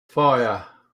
fire